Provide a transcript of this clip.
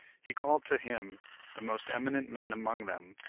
he called to him the most eminent men among them,